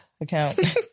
account